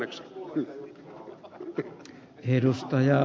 arvoisa puhemies